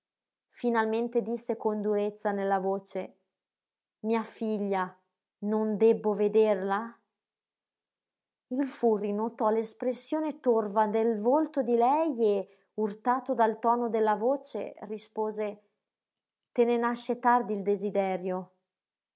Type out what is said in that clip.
finalmente disse con durezza nella voce mia figlia non debbo vederla il furri notò l'espressione torva del volto di lei e urtato dal tono della voce rispose te ne nasce tardi il desiderio